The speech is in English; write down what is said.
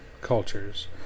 cultures